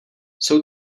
jsou